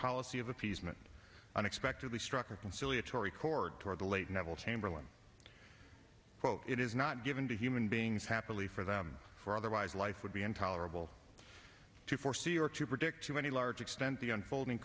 policy of appeasement unexpectedly struck a conciliatory chord toward the late neville chamberlain quote it is not given to human beings happily for them for otherwise life would be intolerable to foresee or to predict to any large extent the unfolding